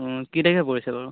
কি তাকে পৰিছে বাৰু